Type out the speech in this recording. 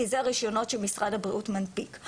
כי זה רישיונות שמשרד הבריאות מנפיק.